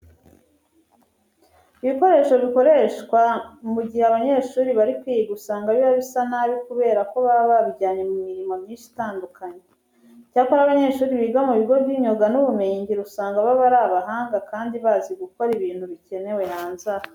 Ibikoresho bikoreshwa mu gihe abanyeshuri bari kwiga usanga biba bisa nabi kubera ko baba babijyanye mu mirimo myinshi itandukanye. Icyakora abanyeshuri biga mu bigo by'imyuga n'ubumenyingiro usanga baba ari abahanga kandi bazi gukora ibintu bikenewe hanze aha.